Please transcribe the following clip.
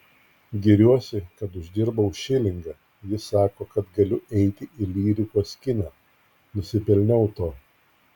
giriuosi kad uždirbau šilingą ji sako kad galiu eiti į lyrikos kiną nusipelniau to